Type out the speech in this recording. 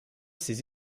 ses